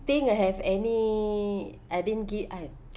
think I have any I didn't give I